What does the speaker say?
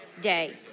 day